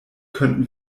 könnten